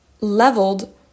leveled